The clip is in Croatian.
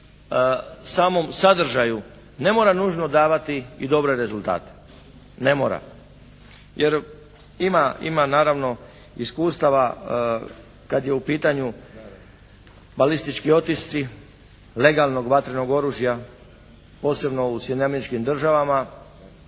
samom sadržaju ne mora nužno davati i dobre rezultate. Ne mora. Jer ima, ima naravno iskustava kad je u pitanju balistički otisci legalnog vatrenog oružja posebno u Sjedinjenim Američkim Državama